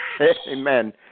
Amen